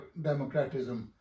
democratism